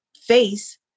face